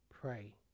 Pray